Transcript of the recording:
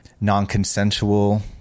non-consensual